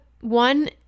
one